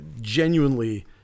genuinely